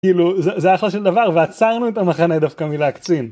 כאילו זה היה אחלה של דבר ועצרנו את המחנה דווקא מלהקצין.